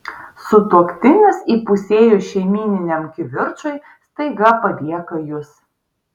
sutuoktinis įpusėjus šeiminiam kivirčui staiga palieka jus